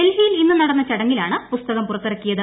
ഡൽഹിയിൽ ഇന്ന് നടന്ന ചടങ്ങിലാണ് പൂസ്തകം പുറത്തിറക്കിയത്